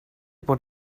bod